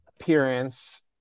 appearance